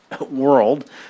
world